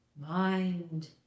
mind